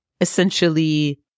essentially